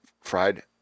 fried